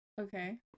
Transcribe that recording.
Okay